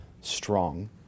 strong